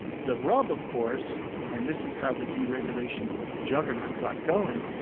the rub of course and this is how the deregulation juggernaut got going,